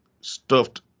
stuffed